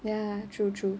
ya true true